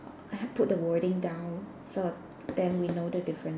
I put the wording down so then we know the difference